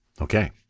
okay